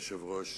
אדוני היושב-ראש,